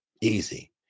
Easy